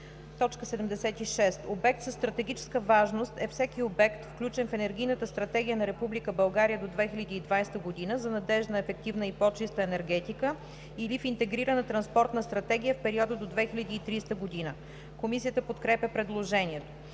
76: „76. Обект със стратегическа важност е всеки обект, включен в Енергийната стратегия на Република България до 2020 г. за надеждна, ефективна и по-чиста енергетика или в Интегрирана транспортна стратегия в периода до 2030 г.“ Комисията подкрепя предложението